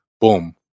boom